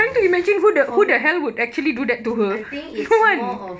ya for me I think it's more of